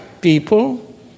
people